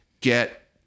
get